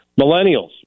Millennials